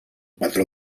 patró